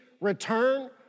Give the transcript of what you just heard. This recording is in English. return